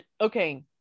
okay